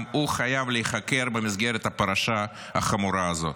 גם הוא חייב להיחקר במסגרת הפרשה החמורה הזאת.